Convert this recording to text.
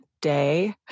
Day